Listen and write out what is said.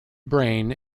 brain